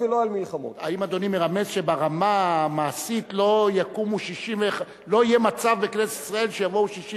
האם אדוני מרמז שברמה המעשית לא יהיה מצב בכנסת ישראל שיבואו 61